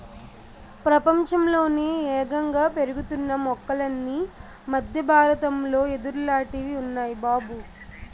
ప్రపంచంలోనే యేగంగా పెరుగుతున్న మొక్కలన్నీ మద్దె బారతంలో యెదుర్లాటివి ఉన్నాయ్ బాబూ